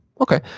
Okay